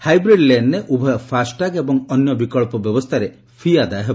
hybrid ଲେନ୍ରେ ଉଭୟ FASTag ଏବଂ ଅନ୍ୟ ବିକଳ୍ପ ବ୍ୟବସ୍ଥାରେ ଫି' ଆଦାୟ ହେବ